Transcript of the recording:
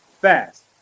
fast